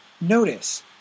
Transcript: Notice